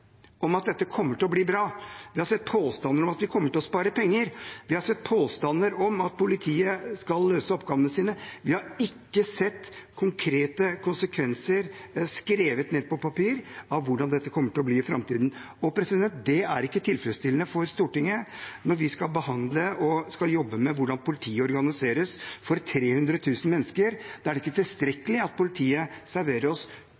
om at dette kommer til å bli bra. Vi har sett påstander om at vi kommer til å spare penger. Vi har sett påstander om at politiet skal løse oppgavene sine. Vi har ikke sett konkrete konsekvenser skrevet ned på papir av hvordan dette kommer til å bli i framtiden. Det er ikke tilfredsstillende for Stortinget. Når vi skal behandle og jobbe med hvordan politiet organiseres for 300 000 mennesker, er det ikke tilstrekkelig at politiet serverer oss